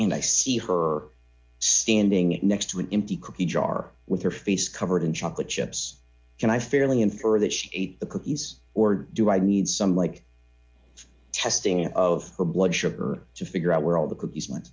and i see her standing next to an empty cookie jar with her face covered in chocolate chips can i fairly infer that she ate the cookies or do i need some like testing of her blood sugar to figure out where all the cookies